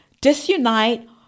disunite